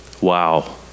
Wow